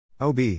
OB